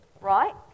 right